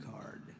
card